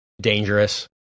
dangerous